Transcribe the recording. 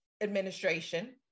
administration